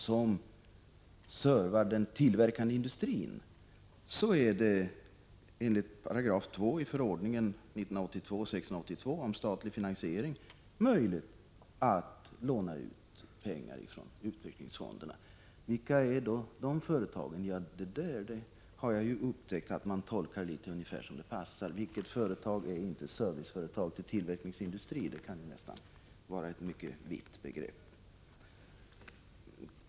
Det förhåller sig så att det enligt 2 § i förordningen 1982:682 om statlig finansiering är möjligt att från utvecklingsfonderna låna ut pengar till serviceföretag som servar tillverkningsindustrin. Vilka är då de företagen? Jag har upptäckt att man tolkar skrivningen litet som det passar. Vilket företag är inte serviceföretag till tillverkningsindustrin? Det kan vara ett mycket vitt begrepp.